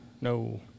No